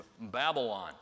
Babylon